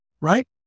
right